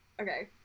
Okay